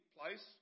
place